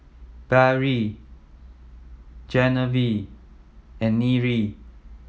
Barrie Genevieve and Nyree